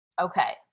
Okay